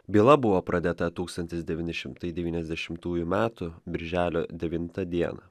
byla buvo pradėta tūkstantis devyni šimtai devyniasdešimt devintųjų metų birželio devintą dieną